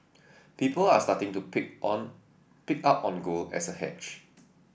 people are starting to pick on pick up on gold as a hedge